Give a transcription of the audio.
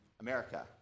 America